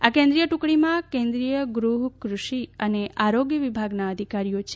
આ કેન્દ્રીય ટ્રકડીમાં કેન્દ્રીય ગૃહ ફષિ અને આરોગ્ય વિભાગના અધિકારીઓ છે